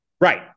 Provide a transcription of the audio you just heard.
Right